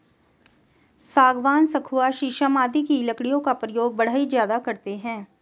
सागवान, सखुआ शीशम आदि की लकड़ियों का प्रयोग बढ़ई ज्यादा करते हैं